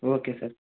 okay sir